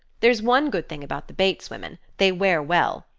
there's one good thing about the bates women. they wear well.